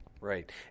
right